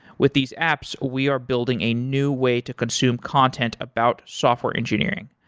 with these apps, we are building a new way to consume content about software engineering.